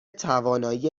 توانایی